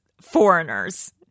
foreigners